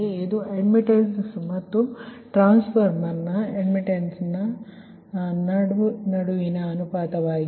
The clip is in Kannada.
ಇದು ಅಡ್ಮಿಟ್ಟನ್ಸ್ ಮತ್ತು ಟ್ರಾನ್ಸ್ಫಾರ್ಮರ್ನ ಅಡ್ಮಿಟ್ಟನ್ಸ್ ನ ನಡ ಅನುಪಾತವಾಗಿದೆ